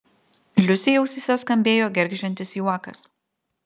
liusei ausyse skambėjo gergždžiantis juokas